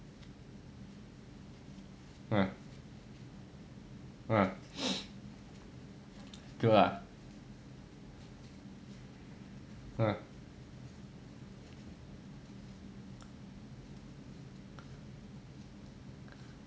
what what good lah